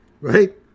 right